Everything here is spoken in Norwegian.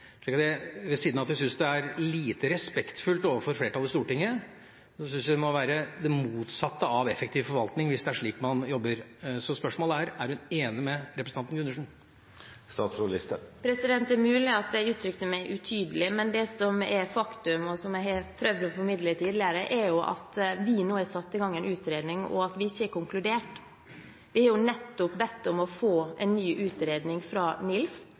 ved siden av at jeg syns det er lite respektfullt overfor flertallet på Stortinget, syns jeg det må være det motsatte av effektiv forvaltning hvis det er slik man jobber. Så spørsmålet er: Er statsråden enig med representanten Gundersen? Det er mulig at jeg uttrykte meg utydelig, men det som er faktum, og som jeg har prøvd å formidle tidligere, er at vi nå har satt i gang en utredning, og at vi ikke har konkludert. Vi har nettopp bedt om å få en ny utredning fra NILF